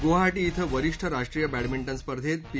गुवाहाटी श्विं वरिष्ठ राष्ट्रीय बॅडमिंटन स्पर्धेत पी